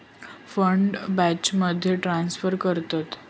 fund बॅचमध्ये transfer करतत